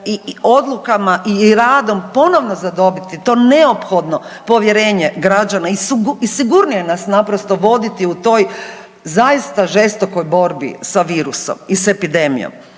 odlukama i radom ponovno zadobiti to neophodno povjerenje građana i sigurnije nas naprosto voditi u toj zaista žestokoj borbi s virusom i s epidemijom.